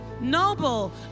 noble